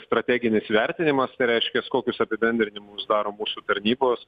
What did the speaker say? strateginis vertinimas tai reiškias kokius apibendrinimus daro mūsų tarnybos